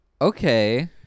Okay